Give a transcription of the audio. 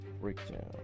breakdown